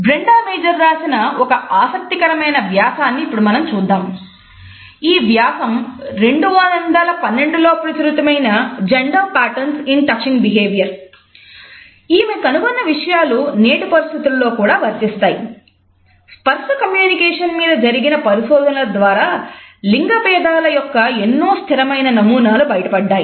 Brenda Major మీద జరిగిన పరిశోధనల ద్వారా లింగ భేదాల యొక్క ఎన్నో స్థిరమైన నమూనాలు బయటపడ్డాయి